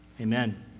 amen